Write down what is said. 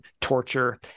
torture